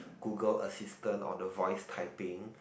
Google assistance or the voice typing